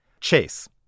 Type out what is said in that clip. Chase